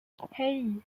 hey